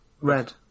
red